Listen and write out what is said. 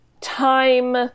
time